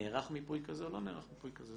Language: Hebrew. נערך מיפוי כזה או לא נערך מיפוי כזה?